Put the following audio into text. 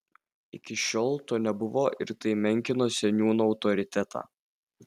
iki šiol to nebuvo ir tai menkino seniūno autoritetą